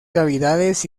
cavidades